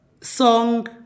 song